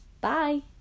bye